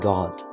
God